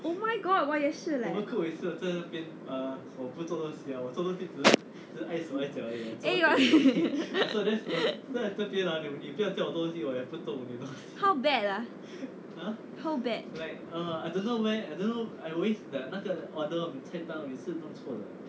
oh my god 我也是 leh eh how bad ah how bad